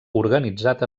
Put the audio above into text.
organitzat